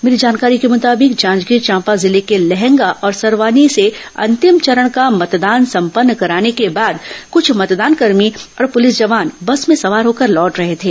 मिली जानकारी के मुताबिक जांजगीर चांपा जिले के लहंगा और सरवानी से अंतिम चरण का मतदान संपन्न कराने के बाद कुछ मतदान कर्मी और प्रलिस जवान बस में सवार होकर लौट रहे थे